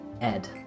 Ed